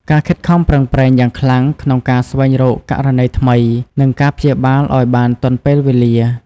ការខិតខំប្រឹងប្រែងយ៉ាងខ្លាំងក្នុងការស្វែងរកករណីថ្មី និងការព្យាបាលឱ្យបានទាន់ពេលវេលា។